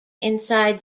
inside